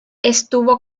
estuvo